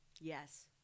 Yes